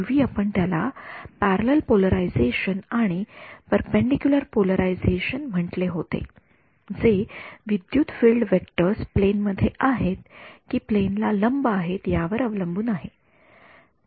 पूर्वी आपण त्याला पॅरलल पोलरायझेशन आणि पेरपेंडीक्युलर पोलरायझेशन म्हटले होते जे विद्युत फिल्ड व्हेक्टर्स प्लेन मध्ये आहेत कि प्लेन ला लंब आहेत यावर अवलंबून आहे